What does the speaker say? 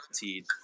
guaranteed